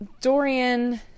Dorian